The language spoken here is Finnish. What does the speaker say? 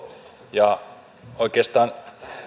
ja oikeastaan